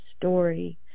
story